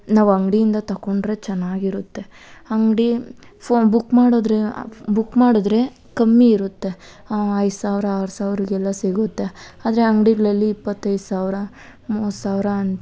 ನಾವು ಅಂಗಡಿಯಿಂದ ತೊಕೊಂಡ್ರೆ ಚೆನ್ನಾಗಿರುತ್ತೆ ಅಂಗಡಿ ಫೋನ್ ಬುಕ್ ಮಾಡಿದ್ರೆ ಬುಕ್ ಮಾಡಿದ್ರೆ ಕಮ್ಮಿ ಇರುತ್ತೆ ಐದು ಸಾವಿರ ಆರು ಸಾವಿರಗೆಲ್ಲ ಸಿಗುತ್ತೆ ಆದರೆ ಅಂಗಡಿಗಳಲ್ಲಿ ಇಪ್ಪತ್ತೈದು ಸಾವಿರ ಮೂವತ್ತು ಸಾವಿರ ಅನ್